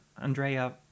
Andrea